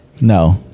No